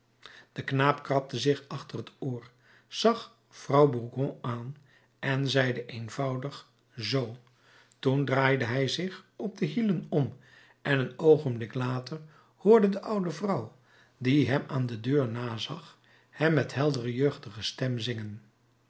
de knaap krabde zich achter het oor zag vrouw burgon aan en zeide eenvoudig zoo toen draaide hij zich op de hielen om en een oogenblik later hoorde de oude vrouw die hem aan de deur nazag hem met heldere jeugdige stem zingen